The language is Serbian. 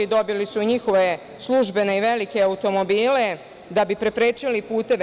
Dobili su njihove službene i velike automobile da bi preprečili puteve.